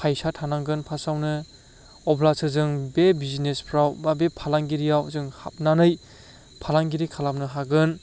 फैसा थानांगोन फार्स्टआवनो अब्लासो जों बे बिजिनेसफ्राव एबा बे फालांगिरिआव जों हाबनानै फालांगिरि खालामनो हागोन